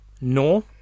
no